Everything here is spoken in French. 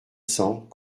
cents